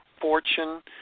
fortune